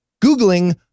Googling